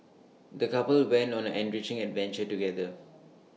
the couple went on an enriching adventure together